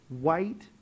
white